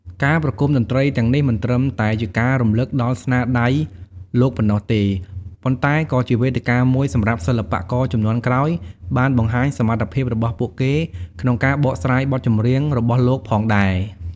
ការប្រគុំតន្ត្រីទាំងនេះមិនត្រឹមតែជាការរំលឹកដល់ស្នាដៃលោកប៉ុណ្ណោះទេ ប៉ុន្តែក៏ជាវេទិកាមួយសម្រាប់សិល្បករជំនាន់ក្រោយបានបង្ហាញសមត្ថភាពរបស់ពួកគេក្នុងការបកស្រាយបទចម្រៀងរបស់លោកផងដែរ ។